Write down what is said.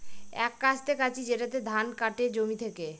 এক কাস্তে কাঁচি যেটাতে ধান কাটে জমি থেকে